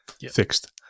fixed